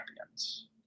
Champions